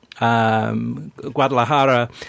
Guadalajara